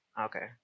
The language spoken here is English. Okay